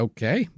Okay